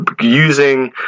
using